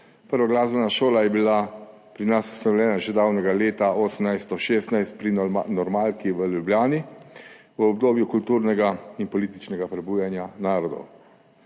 Prva glasbena šola je bila pri nas ustanovljena že davnega leta 1816 pri Normalki v Ljubljani v obdobju kulturnega in političnega prebujanja narodov.